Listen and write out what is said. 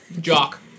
Jock